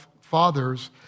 fathers